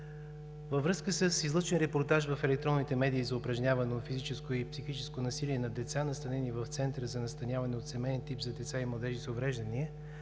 Във връзка с излъчен репортаж в електронните медии за упражнявано физическо и психическо насилие над деца, настанени в Център за настаняване от семеен тип за деца и младежи с увреждания